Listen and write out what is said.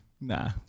Nah